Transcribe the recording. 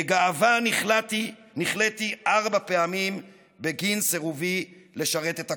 בגאווה נכלאתי ארבע פעמים בגין סירובי לשרת את הכיבוש.